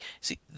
See